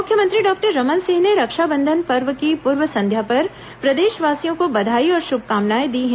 मुख्यमंत्री डॉक्टर रमन सिंह ने रक्षाबंधन पर्व की पूर्व संध्या पर प्रदेशवासियों को बधाई और शुभकामनाएं दी हैं